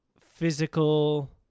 physical